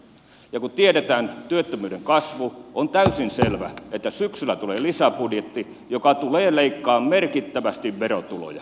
kun tiedetään työttömyyden kasvu on täysin selvää että syksyllä tulee lisäbudjetti joka tulee leikkaamaan merkittävästi verotuloja